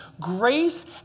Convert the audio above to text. Grace